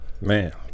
man